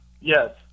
Yes